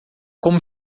como